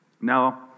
Now